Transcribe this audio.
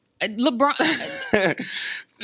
LeBron